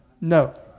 No